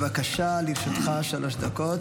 בבקשה, לרשותך שלוש דקות.